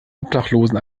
obdachlosen